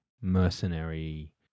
mercenary